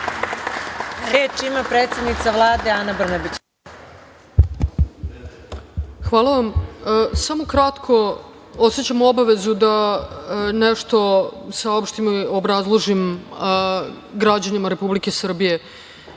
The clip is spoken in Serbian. Reč ima predsednica Vlade Ana Brnabić. **Ana Brnabić** Hvala vam. Samo kratko, osećam obavezu da nešto saopštim i obrazložim građanima Republike Srbije,